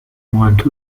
went